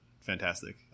fantastic